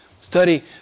Study